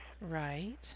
Right